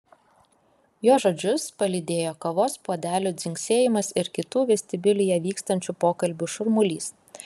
jo žodžius palydėjo kavos puodelių dzingsėjimas ir kitų vestibiulyje vykstančių pokalbių šurmulys